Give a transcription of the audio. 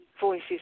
voices